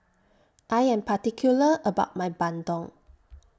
I Am particular about My Bandung